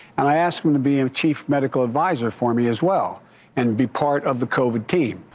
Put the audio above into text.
and i asked him to be in chief medical adviser for me as well and be part of the covid team.